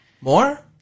More